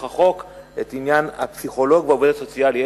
החוק את עניין הפסיכולוג והעובד הסוציאלי.